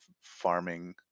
farming